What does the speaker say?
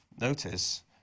notice